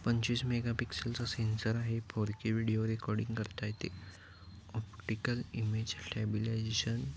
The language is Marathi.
पंचवीस मेगा पिक्सेलचा सेन्सर आहे फोर के व्हिडिओ रेकॉर्डिंग करता येते ऑप्टिकल इमेज स्टॅबिलायजेशन